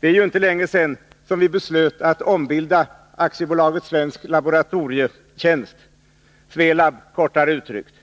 Det är ju inte länge sedan riksdagen beslöt att ombilda AB Svensk laboratorietjänst, Svelab kortare uttryckt.